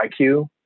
IQ